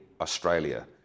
Australia